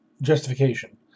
justification